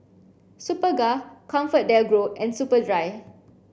Superga ComfortDelGro and Superdry